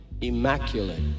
immaculate